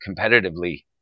competitively